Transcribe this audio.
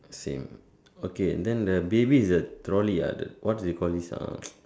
same okay then the baby and the trolley ah what they call this ah